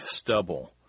stubble